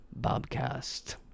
bobcast